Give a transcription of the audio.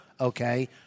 Okay